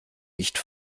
nicht